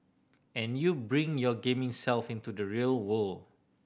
and you bring your gaming self into the real world